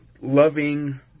Loving